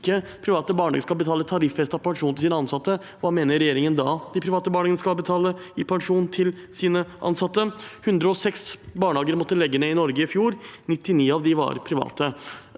private barnehager skal betale tariffestet pensjon til sine ansatte – hva mener regjeringen da de private barnehagene skal betale i pensjon til sine ansatte? 106 barnehager måtte legge ned i Norge i fjor – 99 av dem var private,